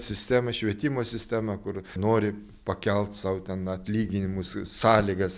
stema švietimo sistema kur nori pakelt sau ten atlyginimus sąlygas